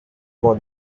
for